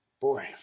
Boy